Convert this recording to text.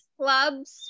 clubs